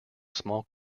small